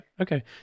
okay